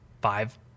five